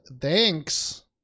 thanks